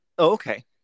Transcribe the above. Okay